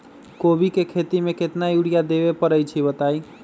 कोबी के खेती मे केतना यूरिया देबे परईछी बताई?